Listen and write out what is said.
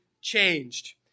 changed